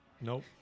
Nope